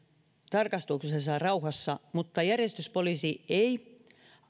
tarkastuksensa rauhassa mutta järjestyspoliisi ei